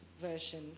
version